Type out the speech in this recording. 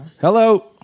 Hello